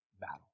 battle